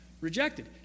Rejected